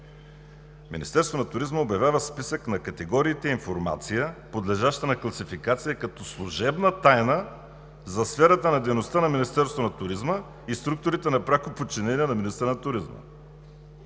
„Министерството на туризма обявява списък на категориите информация, подлежаща на класификация като служебна тайна за сферата на дейността на Министерството на туризма и структурите на пряко подчинение на министъра на туризма.“